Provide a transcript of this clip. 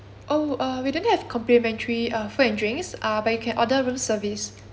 oh uh we don't have complimentary uh food and drinks uh but you can order room service